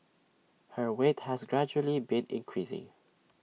her weight has gradually been increasing